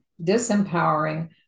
disempowering